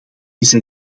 deze